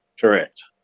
Correct